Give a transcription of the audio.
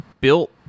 built